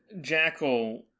jackal